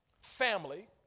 family